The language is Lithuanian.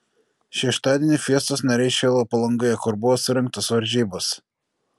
šeštadienį fiestos nariai šėlo palangoje kur buvo surengtos varžybos